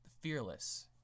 fearless